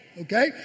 Okay